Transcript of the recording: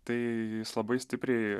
tai jis labai stipriai